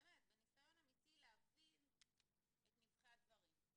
באמת, בניסיון אמיתי להבין את נבכי הדברים.